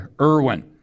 Irwin